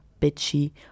bitchy